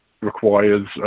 requires